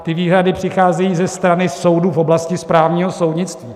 Ty výhrady přicházejí ze strany soudů v oblasti správního soudnictví.